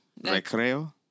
recreo